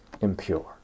impure